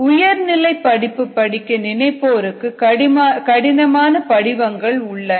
உயர்நிலைப் படிப்பு படிக்க நினைப்போருக்கு கடினமான படிவங்கள் உள்ளன